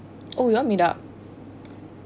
oh you all meet up